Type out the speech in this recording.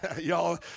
Y'all